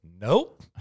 Nope